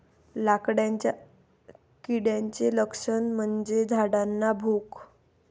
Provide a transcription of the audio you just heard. लाकडाच्या किड्याचे लक्षण म्हणजे झाडांना भोक